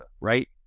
right